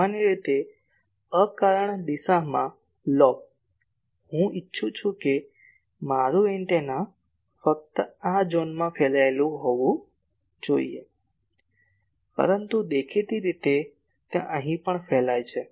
સામાન્ય રીતે અકારણ દિશામાં લોબ હું ઇચ્છું છું કે મારું એન્ટેના ફક્ત આ ઝોનમાં ફેલાયેલું હોવું જોઈએ પરંતુ દેખીતી રીતે તે અહીં પણ ફેલાય છે